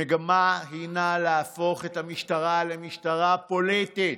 המגמה הינה להפוך את המשטרה למשטרה פוליטית.